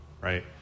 right